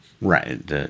Right